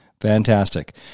Fantastic